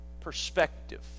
perspective